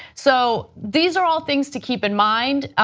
so these are all things to keep in mind.